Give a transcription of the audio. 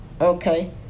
okay